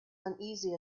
uneasy